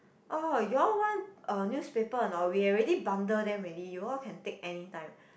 orh you all want uh newspaper or not we already bundle them already you all can take anytime